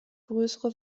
größere